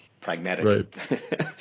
pragmatic